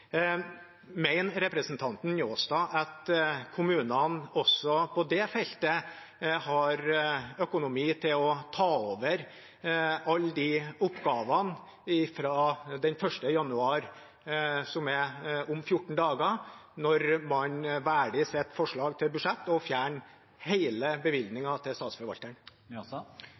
representanten Njåstad at kommunene også på det feltet har økonomi til å ta over alle de oppgavene fra 1. januar, som er om 14 dager, når man velger i sitt forslag til budsjett å fjerne hele bevilgningen til Statsforvalteren?